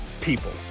People